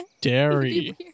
Dairy